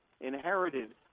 inherited